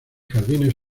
jardines